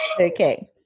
Okay